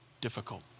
difficult